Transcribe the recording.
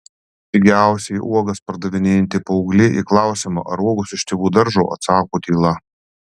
pigiausiai uogas pardavinėjanti paauglė į klausimą ar uogos iš tėvų daržo atsako tyla